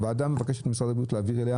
הוועדה מבקשת ממשרד הבריאות להעביר אליה